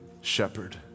shepherd